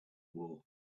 war